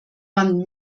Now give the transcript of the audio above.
van